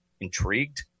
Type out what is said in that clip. intrigued